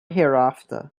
hereafter